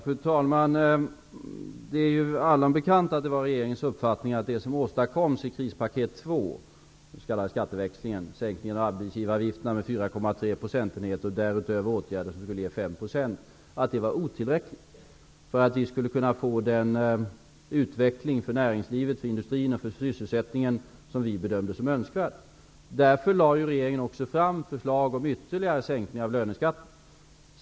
Fru talman! Det är allom bekant att regeringens uppfattning var att det som åstadkoms i krispaket 2, den s.k. skatteväxlingen, sänkningen av arbetsgivaravgifterna med 4,3 procentenheter och därutöver åtgärder som skulle ge 5 %, var otillräckliga åtgärder för att uppnå den utveckling för näringslivet, industrin och sysselsättningen som vi bedömde som önskvärd. Därför föreslog också regeringen ytterligare sänkning av löneskatten.